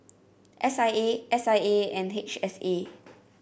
S I A S I A and H S A